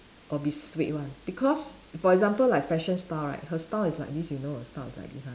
or be swayed [one] because for example like fashion style right her style is like this you know her style is like this [one]